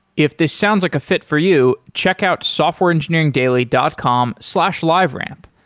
if this sounds like a fit for you, check out softwareengineeringdaily dot com slash liveramp.